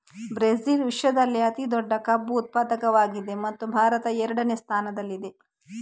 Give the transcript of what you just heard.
Brazil ವಿಶ್ವದಲ್ಲೇ ಅತಿ ದೊಡ್ಡ ಕಬ್ಬು ಉತ್ಪಾದಕವಾಗಿದೆ ಮತ್ತು ಭಾರತ ಎರಡನೇ ಸ್ಥಾನದಲ್ಲಿದೆ